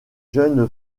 jeune